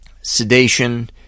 sedation